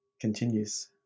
continues